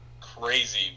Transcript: crazy